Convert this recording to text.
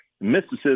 mysticism